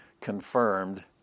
confirmed